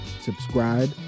subscribe